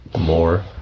more